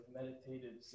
meditative